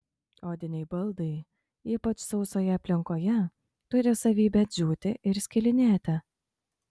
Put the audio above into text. odiniai baldai ypač sausoje aplinkoje turi savybę džiūti ir skilinėti